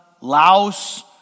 Laos